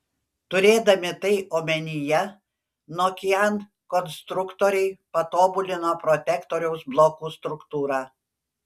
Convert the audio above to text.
turėdami tai omenyje nokian konstruktoriai patobulino protektoriaus blokų struktūrą